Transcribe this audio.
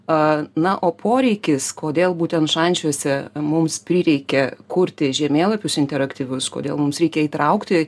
a na o poreikis kodėl būtent šančiuose mums prireikė kurti žemėlapius interaktyvius kodėl mums reikia įtraukti